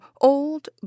old